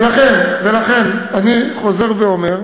ולכן אני חוזר ואומר,